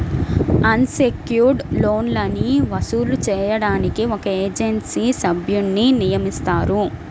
అన్ secured లోన్లని వసూలు చేయడానికి ఒక ఏజెన్సీ సభ్యున్ని నియమిస్తారు